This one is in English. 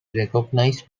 recognized